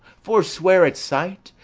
forswear it, sight!